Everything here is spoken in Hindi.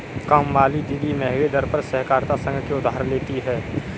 कामवाली दीदी महंगे दर पर सहकारिता संघ से उधार लेती है